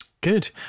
Good